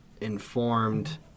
informed